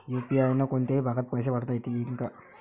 UPI न कोनच्याही भागात पैसे पाठवता येईन का?